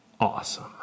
awesome